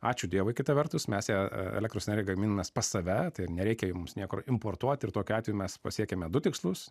ačiū dievui kita vertus mes ją krosnelė gaminasi pas save tai ir nereikia ir mums niekur importuoti ir tokiu atveju mes pasiekiame du tikslus